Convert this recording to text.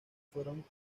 fueron